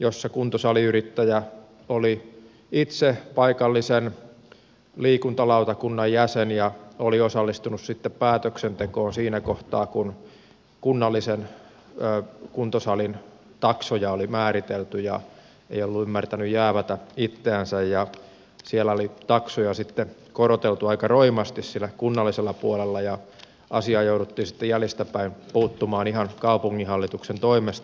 jossa kuntosaliyrittäjä oli itse paikallisen liikuntalautakunnan jäsen ja oli osallistunut sitten päätöksentekoon siinä kohtaa kun kunnallisen kuntosalin taksoja oli määritelty eikä ollut ymmärtänyt jäävätä itseänsä ja siellä oli taksoja sitten koroteltu aika roimasti kunnallisella puolella ja asiaan jouduttiin sitten jäljestäpäin puuttumaan ihan kaupunginhallituksen toimesta